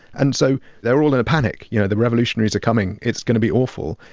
and so they're all in a panic. you know, the revolutionaries are coming. it's going to be awful.